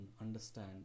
understand